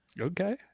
Okay